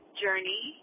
journey